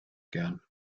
gern